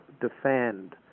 defend